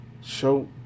Show